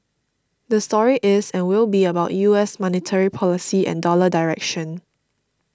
the story is and will be about U S monetary policy and dollar direction